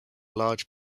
large